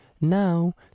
now